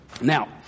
Now